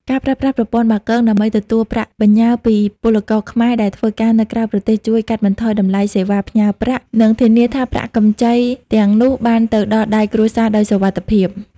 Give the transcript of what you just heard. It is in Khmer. ការប្រើប្រាស់ប្រព័ន្ធបាគងដើម្បីទទួលប្រាក់បញ្ញើពីពលករខ្មែរដែលធ្វើការនៅក្រៅប្រទេស ជួយកាត់បន្ថយតម្លៃសេវាផ្ញើប្រាក់ និងធានាថាប្រាក់កម្រៃទាំងនោះបានទៅដល់ដៃគ្រួសារដោយសុវត្ថិភាព។